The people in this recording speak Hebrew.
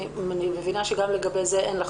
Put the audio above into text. אני מבינה שגם לגבי זה אין לך